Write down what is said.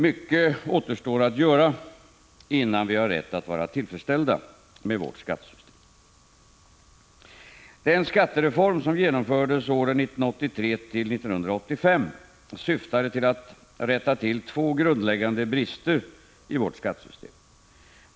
Mycket återstår att göra innan vi har rätt att vara tillfredsställda med vårt skattesystem. Den skattereform som genomfördes åren 1983—1985 syftade till att rätta till två grundläggande brister i vårt skattesystem.